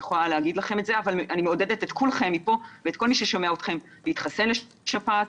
אבל אני מעודדת את כולכם מפה ואת כל מי ששומע אתכם להתחסן נגד שפעת,